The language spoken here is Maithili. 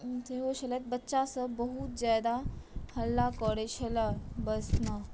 बच्चा सभ बहुत जादा हल्ला करै छलए बस मे